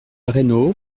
reynaud